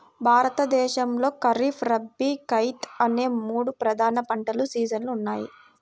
భారతదేశంలో ఖరీఫ్, రబీ, జైద్ అనే మూడు ప్రధాన పంటల సీజన్లు ఉన్నాయి